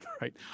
right